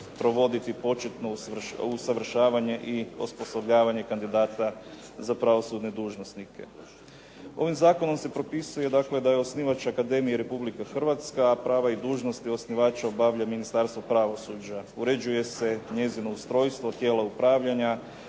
provoditi početno usavršavanje i osposobljavanje kandidata za pravosudne dužnosnike. Ovim zakonom se propisuje, dakle da je osnivač akademije Republika Hrvatska, a prava i dužnosti osnivača obavlja Ministarstvo pravosuđa. Uređuje se njezino ustrojstvo, tijela upravljanja